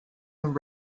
and